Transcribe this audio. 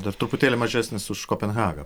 dar truputėlį mažesnis už kopenhagą